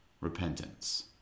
repentance